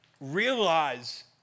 realize